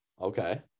Okay